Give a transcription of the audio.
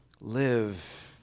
live